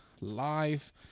live